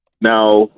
Now